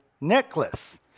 necklace